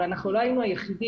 אבל אנחנו לא היינו היחידים.